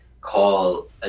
call